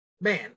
man